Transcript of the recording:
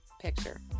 picture